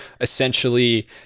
essentially